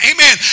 Amen